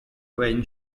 when